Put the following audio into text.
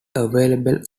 available